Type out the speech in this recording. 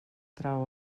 trau